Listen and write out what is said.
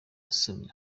yasomye